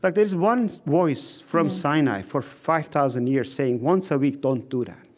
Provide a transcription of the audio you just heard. like there's one voice from sinai for five thousand years, saying, once a week, don't do that.